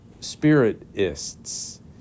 spiritists